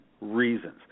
reasons